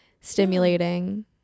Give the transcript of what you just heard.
stimulating